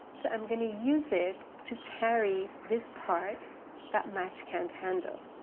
so i'm going to use it to carry this part that match can't handle.